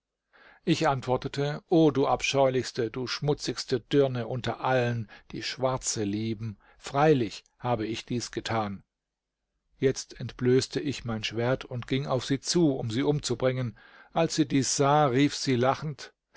ich antwortete o du abscheulichste du schmutzigste dirne unter allen die schwarze lieben freilich habe ich dies getan jetzt entblößte ich mein schwert und ging auf sie zu um sie umzubringen als sie dies sah rief sie lachend